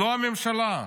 לא הממשלה,